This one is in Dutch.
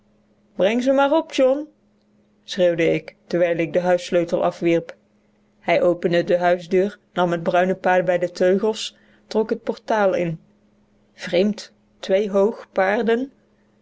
breng ze maar op john schreeuwde ik terwijl ik den huissleutel afwierp hij opende de huisdeur nam het bruine paard bij de teugels trok het t portaal in vreemd tweehoog paarden